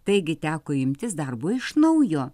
taigi teko imtis darbo iš naujo